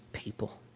people